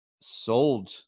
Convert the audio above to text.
sold